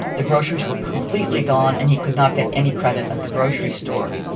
the groceries were completely gone, and he could not get any credit at the grocery store.